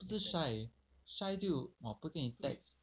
不是 shy shy 就 !wah! 不会跟你 text